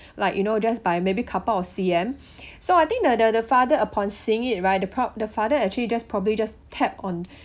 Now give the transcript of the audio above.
like you know just by maybe couple of C_M so I think the the father upon seeing it right the pro~ the father actually just probably just tap on